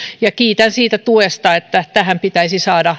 ja kiitän siitä tuesta että tähän pitäisi saada